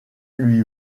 lui